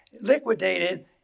liquidated